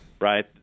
right